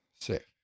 Sick